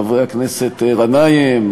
חבר הכנסת גנאים,